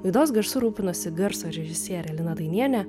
laidos garsu rūpinosi garso režisierė lina dainienė